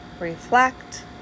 reflect